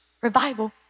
revival